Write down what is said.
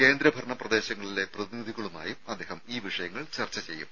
കേന്ദ്ര ഭരണ പ്രദേശങ്ങളിലെ പ്രതിനിധികളുമായും അദ്ദേഹം ഈ വിഷയങ്ങൾ ചർച്ച ചെയ്യും